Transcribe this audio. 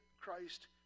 Christ